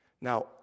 Now